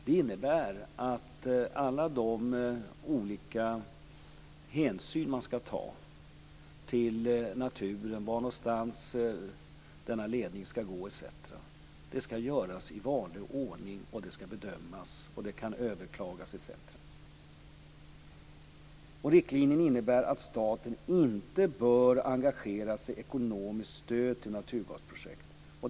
Det innebär att alla de olika hänsyn man skall ta till naturen, var någonstans denna ledning skall gå etc., skall göras i vanlig ordning. De skall bedömas och de kan överklagas. Riktlinjerna innebär att staten inte bör engagera sig med ekonomiskt stöd till naturgasprojekt.